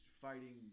fighting